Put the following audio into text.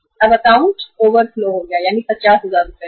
अब अकाउंट में ज्यादा राशि आ गई है यानी 50000 रुपए से